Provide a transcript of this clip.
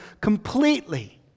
completely